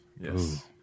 Yes